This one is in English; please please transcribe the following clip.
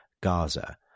Gaza